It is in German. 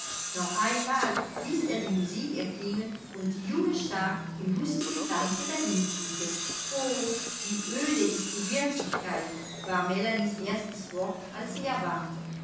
noch einmal ließ er die musik erklingen und die junge schar im lustigen tanze dahinfliegen o wie öde ist die wirklichkeit war melanies erstes wort als sie erwachte